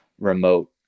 remote